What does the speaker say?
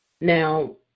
Now